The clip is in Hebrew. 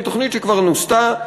היא תוכנית שכבר נוסתה,